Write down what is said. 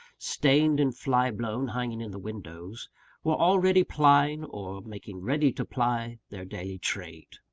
stained and fly-blown, hanging in the windows were already plying, or making ready to ply, their daily trade.